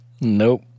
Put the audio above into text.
Nope